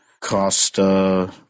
Costa